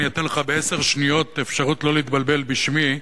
אני אתן לך בעשר שניות אפשרות לא להתבלבל בשמי.